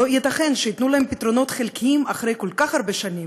לא ייתכן שייתנו להם פתרונות חלקיים אחרי כל כך הרבה שנים,